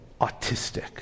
autistic